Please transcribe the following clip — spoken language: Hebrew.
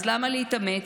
אז למה להתאמץ?